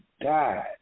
died